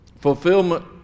Fulfillment